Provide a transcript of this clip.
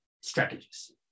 strategies